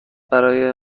برای